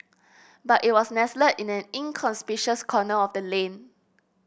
but it was nestled in an inconspicuous corner of the lane